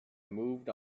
moved